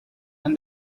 and